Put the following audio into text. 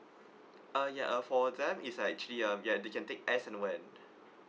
uh ya uh for them is like actually uh ya they can take as and when